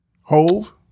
Hove